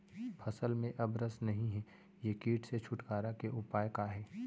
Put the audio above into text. फसल में अब रस नही हे ये किट से छुटकारा के उपाय का हे?